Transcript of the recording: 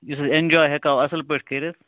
یُس أسۍ ایٚنجواے ہیٚکَو اَصٕل پٲٹھۍ کٔرِتھ